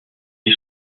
les